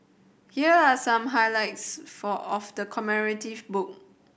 here are some highlights for of the commemorative book